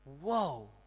whoa